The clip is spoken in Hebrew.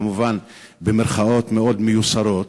כמובן במירכאות מאוד מיוסרות,